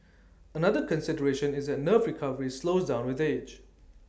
another consideration is that nerve recovery slows down with age